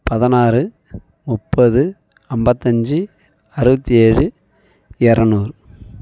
பதினாறு முப்பது ஐம்பத்தஞ்சி அறுபத்தியேலு இரநூறு